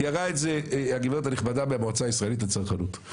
תיארה את זה הגברת הנכבדה מהמועצה הישראלית לצרכנות.